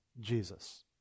Jesus